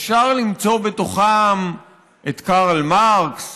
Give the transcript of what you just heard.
אפשר למצוא בתוכם את קרל מרקס